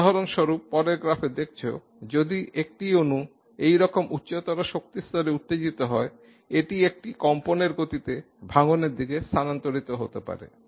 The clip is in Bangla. উদাহরণস্বরূপ পরের গ্রাফে দেখছ যদি একটি অণু এইরকম উচ্চতর শক্তি স্তরে উত্তেজিত হয় এটি একটি কম্পনের গতিতে ভাঙ্গনের দিকে স্থানান্তরিত হতে পারে